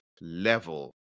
level